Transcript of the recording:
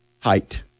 height